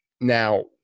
Now